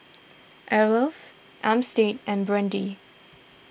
Arleth Armstead and Brandy